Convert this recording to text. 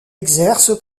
exerce